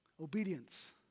obedience